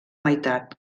meitat